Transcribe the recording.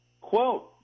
Quote